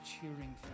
cheering